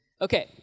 Okay